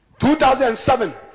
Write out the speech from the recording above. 2007